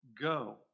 go